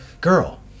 girl